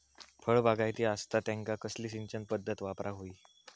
फळबागायती असता त्यांका कसली सिंचन पदधत वापराक होई?